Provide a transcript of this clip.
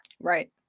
Right